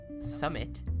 summit